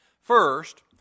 First